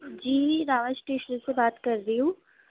جی راوہ اسٹیشنری سے بات کر رہی ہوں